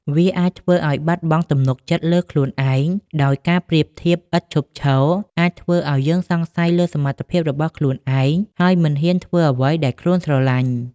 វាអាចធ្វើឲ្យបាត់បង់ទំនុកចិត្តលើខ្លួនឯង ដោយការប្រៀបធៀបឥតឈប់ឈរអាចធ្វើឲ្យយើងសង្ស័យលើសមត្ថភាពរបស់ខ្លួនឯង ហើយមិនហ៊ានធ្វើអ្វីដែលខ្លួនស្រឡាញ់។